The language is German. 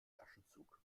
flaschenzug